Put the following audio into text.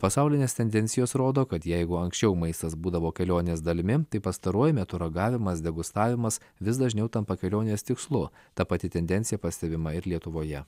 pasaulinės tendencijos rodo kad jeigu anksčiau maistas būdavo kelionės dalimi tai pastaruoju metu ragavimas degustavimas vis dažniau tampa kelionės tikslu ta pati tendencija pastebima ir lietuvoje